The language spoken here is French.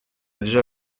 déjà